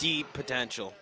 deep potential